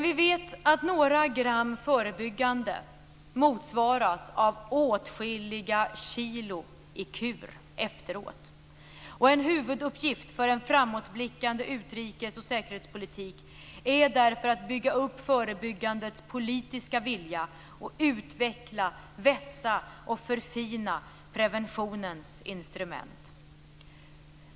Vi vet ju att några gram förebyggande motsvarar åtskilliga kilon kur efteråt. En huvuduppgift för en framåtblickande utrikes och säkerhetspolitik är därför att bygga upp förebyggandets politiska vilja och att utveckla, vässa och förfina preventionens instrument.